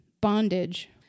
bondage